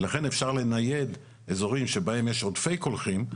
לכן אפשר לנייד אזורים שבהם יש עודפי קולחים,